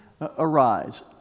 arise